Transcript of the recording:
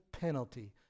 penalty